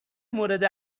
مورد